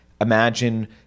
imagine